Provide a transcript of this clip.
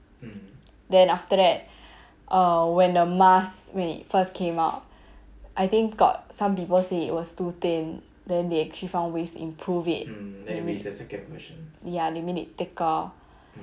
then after that uh when the mask when it first came out I think got some people say it was too thin then they actually found ways improve it ya they made it thicker